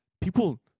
people